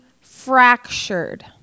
fractured